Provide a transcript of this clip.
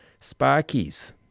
Sparkies